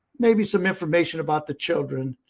maybe, some information about the children.